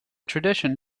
tradition